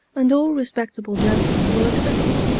and all respectable gentlemen will accept it,